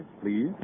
please